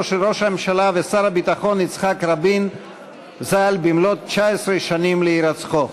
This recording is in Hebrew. של ראש הממשלה ושר הביטחון יצחק רבין ז"ל במלאות 19 שנים להירצחו.